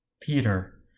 Peter